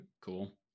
Cool